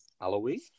Halloween